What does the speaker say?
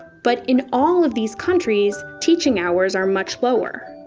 but in all of these countries teaching hours are much lower.